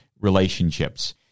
relationships